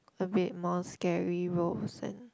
a bit more scary roles and